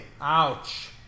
Ouch